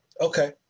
okay